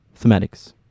Thematics